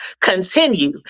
continue